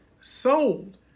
sold